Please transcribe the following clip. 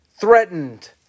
Threatened